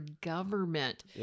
government